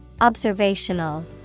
Observational